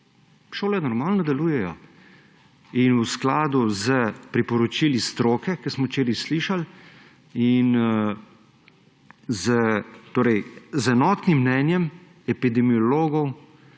Šole normalno delujejo v skladu s priporočili stroke, kar smo včeraj slišali, in z enotnim mnenjem epidemiologov